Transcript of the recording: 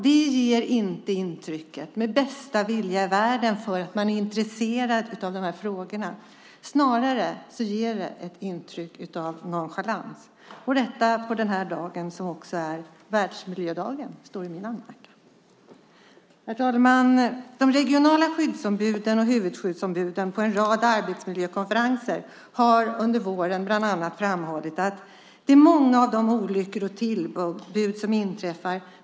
Det ger med bästa vilja i världen inte intrycket att man är intresserad av dessa frågor. Snarare ger det ett intryck av nonchalans - och det på världsmiljödagen. Herr talman! De regionala skyddsombuden och huvudskyddsombuden har på en rad arbetsmiljökonferenser under våren bland annat framhållit att det inträffar många olyckor och tillbud.